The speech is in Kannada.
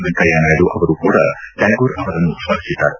ವೆಂಕಯ್ಯ ನಾಯ್ಡು ಅವರೂ ಕೂಡ ಟ್ಯಾಗೂರ್ ಅವರನ್ನು ಸ್ಮರಿಸಿದ್ದಾರೆ